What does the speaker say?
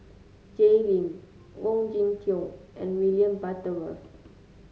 Jay Lim Ong Jin Teong and William Butterworth